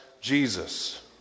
Jesus